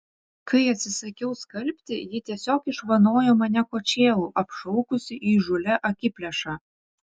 kai atsisakiau skalbti ji tiesiog išvanojo mane kočėlu apšaukusi įžūlia akiplėša